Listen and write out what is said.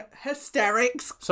Hysterics